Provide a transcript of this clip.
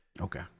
Okay